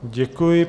Děkuji.